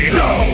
no